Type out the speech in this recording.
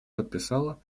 подписала